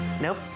Nope